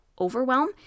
overwhelm